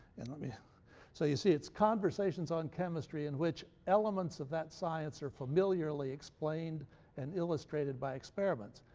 and i mean so you see it's conversations on chemistry in which elements of that science are familiarly explained and illustrated by experiments.